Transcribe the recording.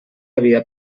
havia